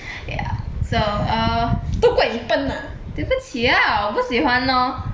yeah so uh 对不起 ah 我不喜欢 orh